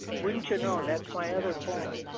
wouldn't you know that's my other phone.